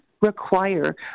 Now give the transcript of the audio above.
require